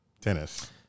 tennis